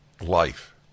life